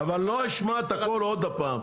אבל --- אבל לא אשמע את הכל עוד פעם.